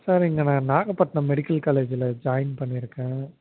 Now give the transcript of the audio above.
sir இங்கே நான் Nagapattinam medical காலேஜில் ஜாயின் பண்ணியிருக்கேன்